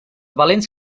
valents